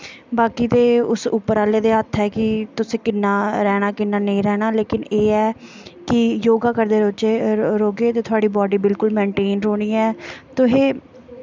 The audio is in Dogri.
बाकी ते उस उप्पर आह्ले दे हत्थ ऐ कि तुसें कि'यां रौैह्ना कि'यां नेईं रौह्ना लेकिन एह् ऐ कि योगा करदे रौह्गे ते थोआढ़ी बॉड्डी बिल्कुल मेन्टेन रौह्नी ऐ तुसें